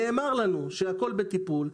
נאמר לנו שהכול בטיפול,